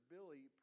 Billy